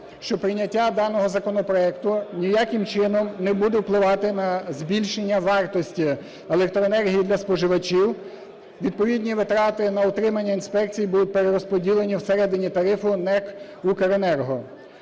що прийняття даного законопроекту ніяким чином не буде впливати на збільшення вартості електроенергії для споживачів, відповідні витрати на утримання інспекції будуть перерозподілені в середині тарифу НЕК "Укренерго".